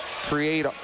create